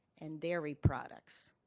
and dairy products.